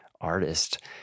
artist